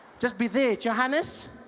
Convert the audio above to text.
just be there, johannes?